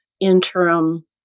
interim